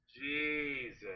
Jesus